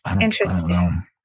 Interesting